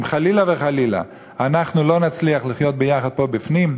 אם חלילה וחלילה אנחנו לא נצליח לחיות ביחד פה בפנים,